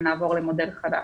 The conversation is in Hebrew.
נעבור למודל חדש.